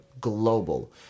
global